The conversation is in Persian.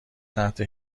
تحت